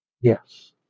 yes